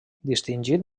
distingit